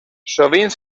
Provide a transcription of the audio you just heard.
sovint